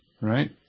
right